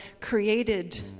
created